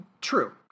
True